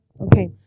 Okay